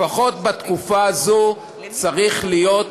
לפחות בתקופה הזאת צריך להיות,